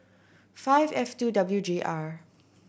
five F two W J R